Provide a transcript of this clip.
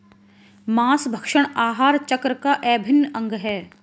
माँसभक्षण आहार चक्र का अभिन्न अंग है